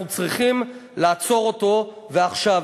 אנחנו צריכים לעצור אותו ועכשיו.